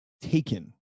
taken